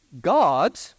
God